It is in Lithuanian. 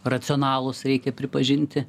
racionalūs reikia pripažinti